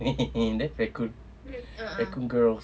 there raccoon raccoon girls